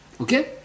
Okay